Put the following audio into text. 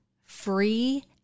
free